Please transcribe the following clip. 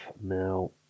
Now